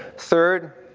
third,